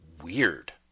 weird